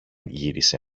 γύρισε